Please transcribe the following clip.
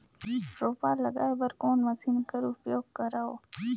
रोपा लगाय बर कोन मशीन कर उपयोग करव?